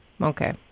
Okay